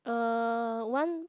uh one